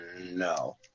No